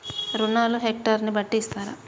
రుణాలు హెక్టర్ ని బట్టి ఇస్తారా?